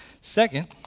Second